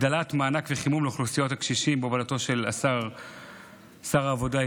הגדלת המענק לחימום לאוכלוסיות הקשישים בהובלתו של שר העבודה,